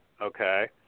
okay